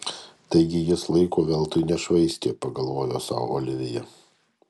taigi jis laiko veltui nešvaistė pagalvojo sau olivija